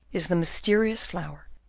is the mysterious flower,